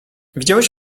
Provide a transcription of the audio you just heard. widziałeś